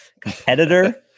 competitor